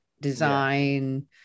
design